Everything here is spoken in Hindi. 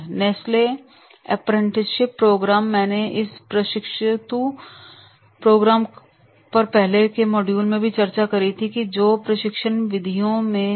नेस्ले अप्रेंटिसशिप प्रोग्राम मैंने इस प्रशिक्षुता प्रोग्राम पर पहले के मॉड्यूल में चर्चा की है जो प्रशिक्षण विधियों में है